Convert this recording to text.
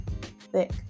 thick